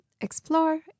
explore